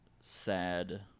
sad